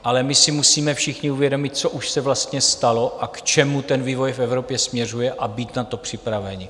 Ale musíme si všichni uvědomit, co už se vlastně stalo, k čemu ten vývoj v Evropě směřuje a být na to připraveni.